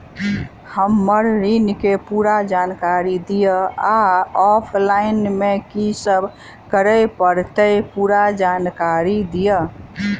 हम्मर ऋण केँ पूरा जानकारी दिय आ ऑफलाइन मे की सब करऽ पड़तै पूरा जानकारी दिय?